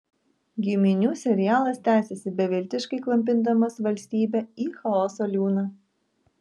giminių serialas tęsiasi beviltiškai klampindamas valstybę į chaoso liūną